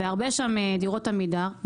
הרבה דירות שם הן דירות עמידר.